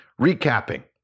recapping